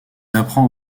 apprend